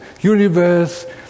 universe